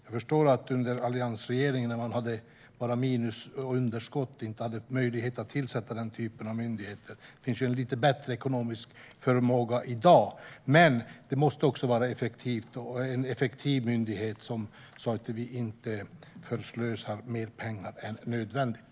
Jag förstår att man under alliansregeringen, när man bara hade underskott, inte hade möjlighet att tillsätta den typen av myndigheter. Den ekonomiska förmågan är ju lite bättre i dag, men det måste vara en effektiv myndighet så att vi inte förslösar mer pengar än nödvändigt.